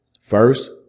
first